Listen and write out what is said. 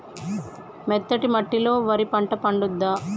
మెత్తటి మట్టిలో వరి పంట పండుద్దా?